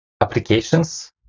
applications